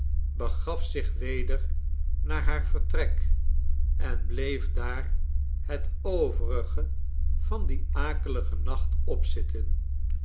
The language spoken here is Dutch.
begaf zich weder naar haar vertrek en bleef daar het overige van dien akeligen nacht opzitten